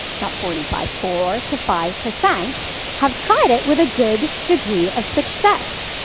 not forty five, four to five percent have tried it with a good degree of success.